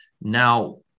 now